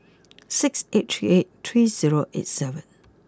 six eight three eight three zero eight seven